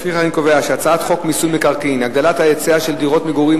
לפיכך אני קובע שהצעת חוק מיסוי מקרקעין (הגדלת ההיצע של דירת מגורים,